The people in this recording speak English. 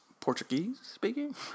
Portuguese-speaking